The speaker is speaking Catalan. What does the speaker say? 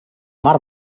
mar